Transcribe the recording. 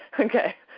okay.